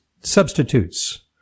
substitutes